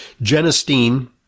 genistein